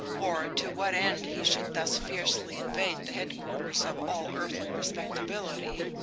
or to what end he should thus fiercely invade the headquarters of all earthly respectability,